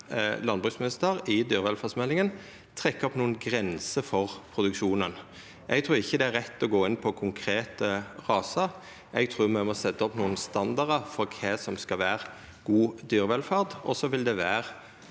landbruksminister i dyrevelferdsmeldinga trekkja opp nokre grenser for produksjonen. Eg trur ikkje det er rett å gå inn på konkrete rasar. Eg trur me må setja opp nokre standardar for kva som skal vera god dyrevelferd, og så vil det vera